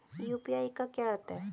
UPI का क्या अर्थ है?